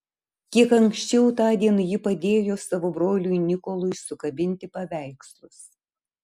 kiek anksčiau tądien ji padėjo savo broliui nikolui sukabinti paveikslus